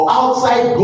outside